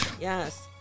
Yes